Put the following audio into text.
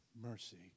mercy